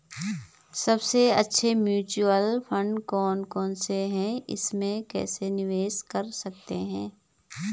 सबसे अच्छे mutual fund कौन कौनसे हैं इसमें कैसे निवेश कर सकते हैं?